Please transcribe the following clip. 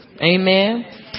Amen